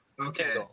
Okay